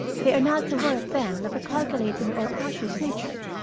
they are not the work, then, of a calculating or cautious nature.